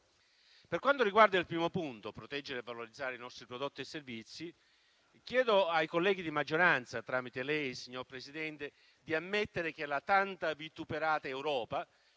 Per quanto riguarda il primo punto (proteggere e valorizzare i nostri prodotti e servizi), chiedo ai colleghi di maggioranza - tramite lei, signor Presidente - di ammettere che la tanto vituperata Europa